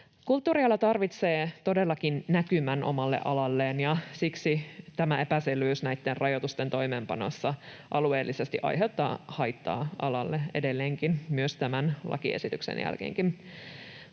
Kulttuuriala tarvitsee todellakin näkymän omalle alalleen, ja siksi tämä epäselvyys näiden rajoitusten toimeenpanossa alueellisesti aiheuttaa haittaa alalle edelleenkin, tämän lakiesityksen jälkeenkin.